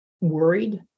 worried